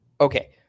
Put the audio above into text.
Okay